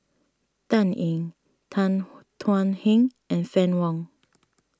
Dan Ying Tan Thuan Heng and Fann Wong